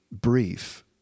brief